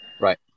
Right